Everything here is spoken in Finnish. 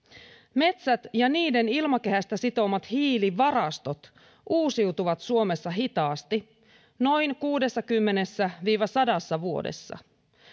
metsät ja niiden ilmakehästä sitomat hiilivarastot uusiutuvat suomessa hitaasti noin kuudessakymmenessä viiva sadassa vuodessa